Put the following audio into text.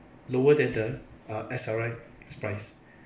lower than the uh S_R_X 's price